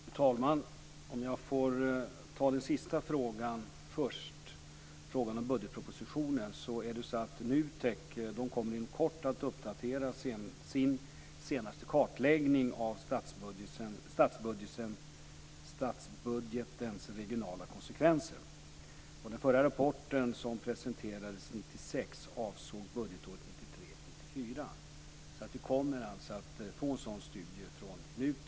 Fru talman! Om jag får ta den sista frågan först, frågan om budgetpropositionen, är det så att NUTEK inom kort kommer att uppdatera sin senaste kartläggning av statsbudgetens regionala konsekvenser. Den förra rapporten, som presenterades 1996, avsåg budgetåret 1993/94. Vi kommer alltså att få en sådan studie från NUTEK.